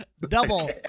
Double